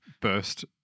burst